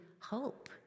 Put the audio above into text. hope